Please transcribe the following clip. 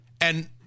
And-